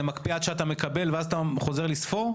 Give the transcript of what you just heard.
זה מקפיא עד שאתה מקבל אותו ואז אתה חוזר לספור?